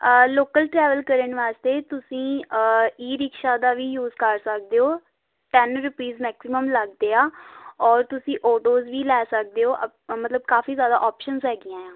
local travel ਕਰਨ ਵਾਸਤੇ ਤੁਸੀਂ ਈ ਰਿਕਸ਼ਾ ਦਾ ਵੀ ਯੂਜ ਕਰ ਸਕਦੇ ਹੋ ਟੈਂਨ ਰੁਪੀਸ ਮੈਕਸੀਮਮ ਲੱਗਦੇ ਆ ਔਰ ਤੁਸੀਂ ਓਟੋਜ਼ ਵੀ ਲੈ ਸਕਦੇ ਹੋ ਮਤਲਬ ਕਾਫੀ ਜ਼ਿਆਦਾ ਆਪਸ਼ਨਸ ਹੈਗੀਆਂ ਆ